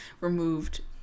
removed